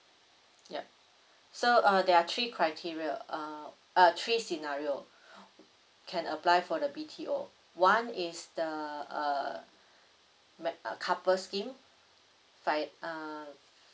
ya so uh there are three criteria uh uh three scenario can apply for the B_T_O one is the uh couple scheme by uh